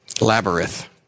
Labyrinth